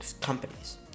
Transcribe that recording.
companies